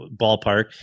ballpark